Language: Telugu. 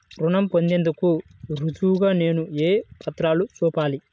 రుణం పొందేందుకు రుజువుగా నేను ఏ పత్రాలను చూపాలి?